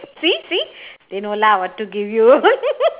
see see they know lah what to give you